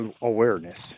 awareness